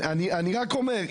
אני רוצה להבין את ההצעה שלו.